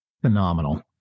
Phenomenal